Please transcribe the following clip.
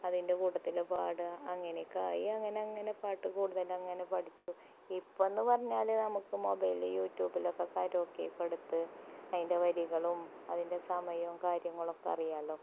അതിൻ്റെ കൂട്ടത്തില് പാടുക അങ്ങനെ ഒക്കെ ആയി അങ്ങനങ്ങനെ പാട്ട് കൂടുതല് അങ്ങനെ പഠിച്ചു ഇപ്പം എന്ന് പറഞ്ഞാല് നമുക്ക് മൊബൈല് യൂട്യൂബിലൊക്കെ കരോക്കിയൊക്കെ എടുത്ത് അതിൻ്റെ വരികളും അതിൻ്റെ സമയവും കാര്യങ്ങളൊക്കെ അറിയാമലോ